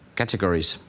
categories